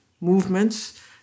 movements